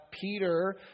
Peter